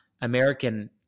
American